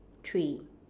three